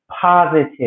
positive